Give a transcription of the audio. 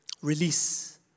release